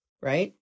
Right